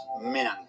men